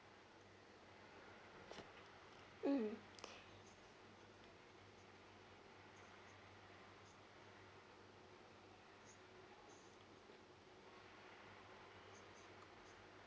mm